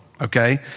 okay